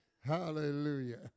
Hallelujah